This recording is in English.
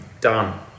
done